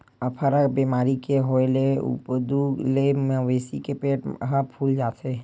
अफरा बेमारी के होए ले उदूप ले मवेशी के पेट ह फूल जाथे